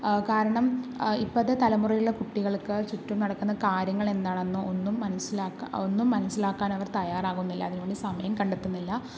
കാരണം ഇപ്പോഴത്തെ തലമുറയിലെ കുട്ടികൾക്ക് ചുറ്റും നടക്കുന്ന കാര്യങ്ങൾ എന്താണെന്നോ ഒന്നും മനസ്സിലാക്കാ ഒന്നും മനസ്സിലാക്കാനവർ തയ്യാറാകുന്നില്ല അതിനുള്ള സമയം കണ്ടെത്തുന്നില്ല